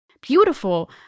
Beautiful